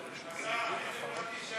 חברתי.